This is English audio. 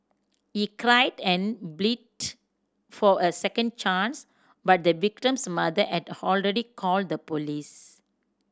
he climbed and bleed for a second chance but the victim's mother and called the police